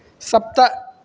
सप्त